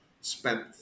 spent